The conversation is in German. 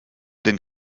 den